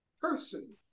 person